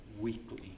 weekly